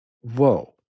Whoa